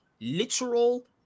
literal